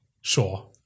sure